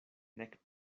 nek